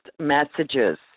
messages